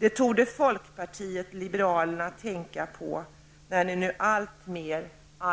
Det borde folkpartiet liberalerna tänka på när de alltmer